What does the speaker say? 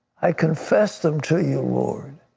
i confess them to you, lord,